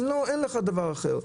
אם לא אין לך דבר אחר.